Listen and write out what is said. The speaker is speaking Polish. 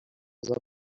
babcia